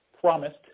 promised